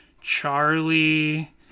charlie